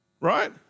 right